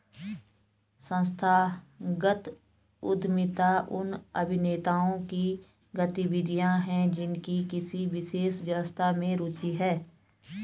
संस्थागत उद्यमिता उन अभिनेताओं की गतिविधियाँ हैं जिनकी किसी विशेष व्यवस्था में रुचि है